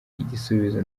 igisubizo